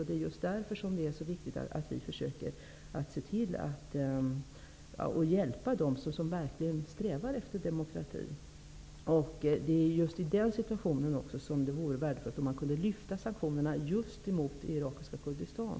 Det är därför det är så viktigt att hjälpa dem som verkligen strävar efter demokrati. I den situationen vore det värdefullt om man kunde lyfta bort sanktionerna mot irakiska Kurdistan.